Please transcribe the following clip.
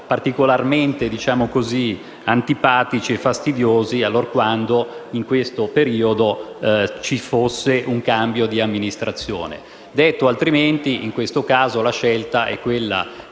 particolarmente anticipatici e fastidiosi, allorquando, in questo periodo, ci fosse un cambio di amministrazione. In altre parole, in questo caso la scelta è di